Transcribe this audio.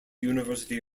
university